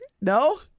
No